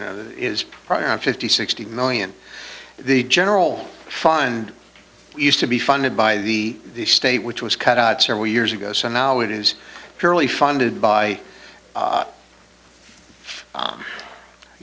another is probably around fifty sixty million the general fund used to be funded by the state which was cut out several years ago so now it is purely funded by